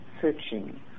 searching